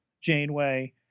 Janeway